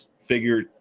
figure